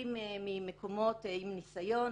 שמגיעים ממקומות עם ניסיון.